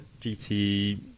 gt